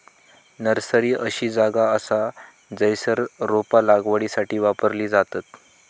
nursery अशी जागा असा जयसर रोपा लागवडीसाठी वापरली जातत